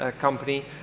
company